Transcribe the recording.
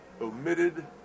omitted